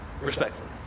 Respectfully